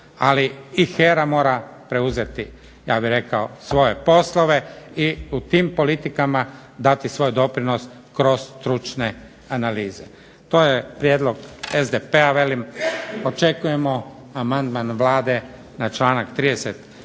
Ali i HERA mora preuzeti ja bih rekao svoje poslove i u tim politikama dati svoj doprinos kroz stručne analize. To je prijedlog SDP-a velim. Očekujemo amandman Vlade na članak 33.